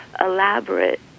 elaborate